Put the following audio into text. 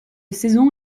saison